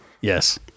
Yes